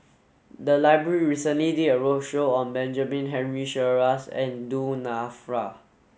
the library recently did a roadshow on Benjamin Henry Sheares and Du Nanfa